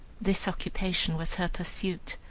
this occupation was her pursuit,